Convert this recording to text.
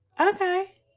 okay